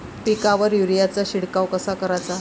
पिकावर युरीया चा शिडकाव कसा कराचा?